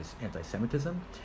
anti-Semitism